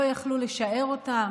לא יכלו לשער אותם.